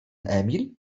emil